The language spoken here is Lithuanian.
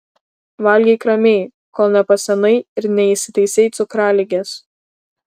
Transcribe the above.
valgyk ramiai kol nepasenai ir neįsitaisei cukraligės